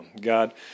God